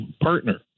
partner